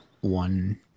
one